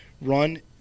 run